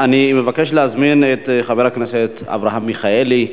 אני מבקש להזמין את חבר הכנסת אברהם מיכאלי,